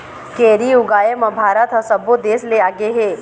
केरा ऊगाए म भारत ह सब्बो देस ले आगे हे